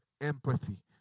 empathy